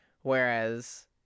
Whereas